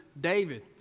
David